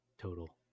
total